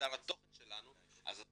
התוכן שלנו, גם